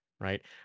right